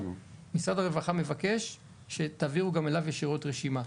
משרד הרווחה מבקש שתעבירו גם אליו ישירות רשימה.